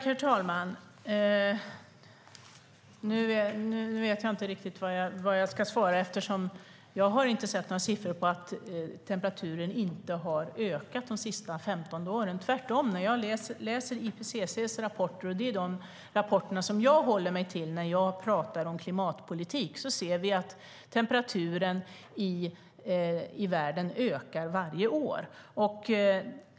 Herr talman! Nu vet jag inte riktigt vad jag ska svara. Jag har nämligen inte sett några siffror på att temperaturen inte har ökat de senaste 15 åren - tvärtom. Jag läser IPCC:s rapporter - det är de rapporter som jag håller mig till när jag pratar om klimatpolitik. Vi ser att temperaturen i världen ökar varje år.